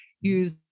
use